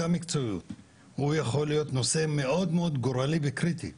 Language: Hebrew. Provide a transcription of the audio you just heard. יכול להיות נושא מאד גורלי וקריטי,